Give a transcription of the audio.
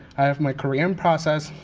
i have my career in process,